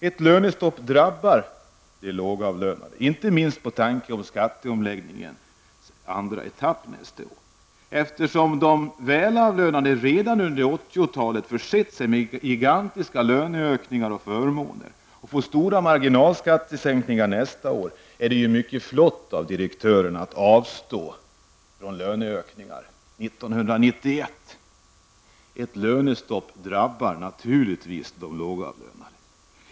Ett lönestopp drabbar de lågavlönade, inte minst med tanke på skatteomläggningens andra etapp, eftersom de välavlönade redan under 80-talet försett sig med gigantiska löneökningar och förmåner och får stora marginalskattesänkningar nästa år. Då är det mycket flott av direktörerna att avstå från löneökningar 1991. Ett lönestopp drabbar naturligtvis de lågavlönade.